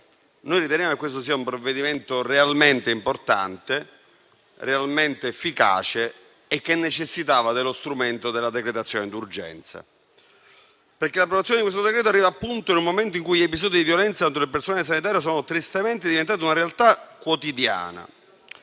noi riteniamo che questo sia un provvedimento realmente importante, realmente efficace e che necessitava dello strumento della decretazione d'urgenza, perché l'approvazione di questo decreto-legge arriva in un momento in cui gli episodi di violenza contro il personale sanitario sono tristemente diventati una realtà quotidiana.